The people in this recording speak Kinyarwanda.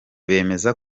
bemeza